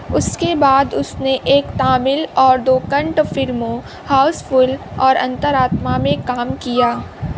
اس کے بعد اس نے ایک تامل اور دو کنٹ فلموں ہاؤس فل اور انتر آتما میں کام کیا